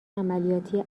عملیاتی